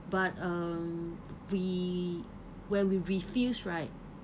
but um we when we refused right